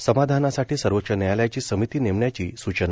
समाधानासाठी सर्वोच्च न्यायालयाची समिती नेमण्याची स्चना